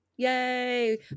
Yay